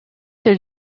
their